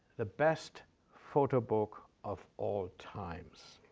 the best photo book of all times